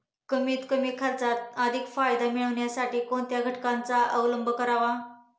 कमीत कमी खर्चात अधिक फायदा मिळविण्यासाठी कोणत्या घटकांचा अवलंब करावा?